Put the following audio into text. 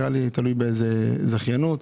תלוי באיזו זכיינות.